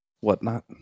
whatnot